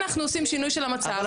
אבל אנחנו עושים שינוי של המצב, רועי.